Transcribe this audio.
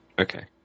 Okay